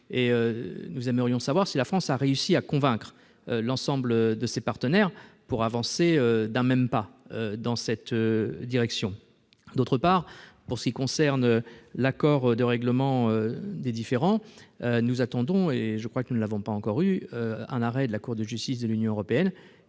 Nous aimerions savoir si la France a réussi à convaincre l'ensemble de ses partenaires pour avancer d'un même pas dans cette direction. Par ailleurs, pour ce qui concerne l'accord de règlement des différends, nous attendons un arrêt de la Cour de justice de l'Union européenne